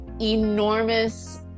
Enormous